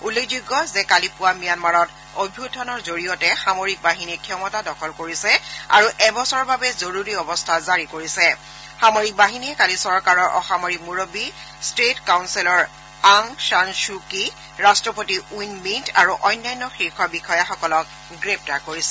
উল্লেখযোগ্য যে কালি পুৱা ম্যানমাৰত অভ্যখানৰ জৰিয়তে সামৰিক বাহিনীৰ ক্ষমতা দখল কৰিছে আৰু এবছৰৰ বাবে জৰুৰী অৱস্থা জাৰি কৰিছে সামৰিক বাহিনীয়ে কালি চৰকাৰৰ অসামৰিক মুৰববী টেট কাউণ্ণেলৰ আং ছান ছু ক্যি ৰাট্টপতি উইন মিণ্ট আৰু অন্যান্য শীৰ্ষ বিষয়াসকলক গ্ৰেপ্তাৰ কৰিছিল